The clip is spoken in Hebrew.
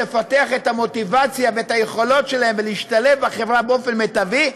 לפתח את המוטיבציה ואת היכולות שלהם ולהשתלב בחברה באופן מיטבי,